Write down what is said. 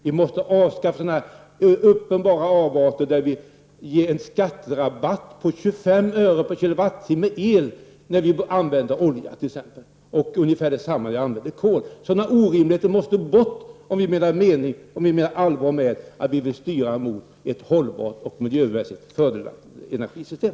Vi måste avskaffa uppenbara avarter, t.ex. att en skatterabatt på 25 öre per kilowattimme el ges vid användning av olja. Ungefär detsamma gäller i fråga om kol. Sådana orimligheter måste bort om vi menar allvar med en styrning mot ett hållbart och miljömässigt fördelaktigt energisystem.